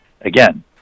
again